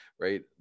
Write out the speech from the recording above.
right